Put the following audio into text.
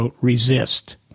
resist